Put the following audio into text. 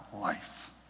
life